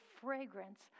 fragrance